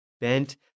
bent